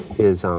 is,